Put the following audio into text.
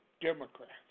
Democrats